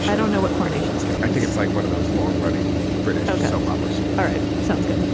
i don't know what. coronation street. i think it's like one of those long running british soap operas. all right. sounds good.